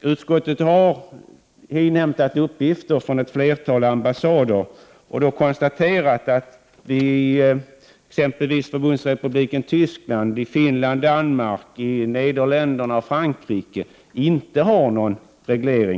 Utskottet har inhämtat uppgifter från ett flertal ambassader och således kunnat konstatera att exempelvis Förbundsrepubliken Tyskland, Finland, Danmark, Nederländerna och Frankrike inte har någon